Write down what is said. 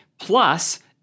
Plus